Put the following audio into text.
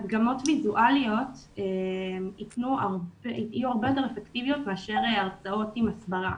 הדגמות ויזואליות יהיו הרבה יותר אפקטיביות מאשר הרצאות עם הסברה.